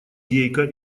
гейка